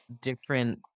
different